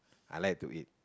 I like to eat